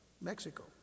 Mexico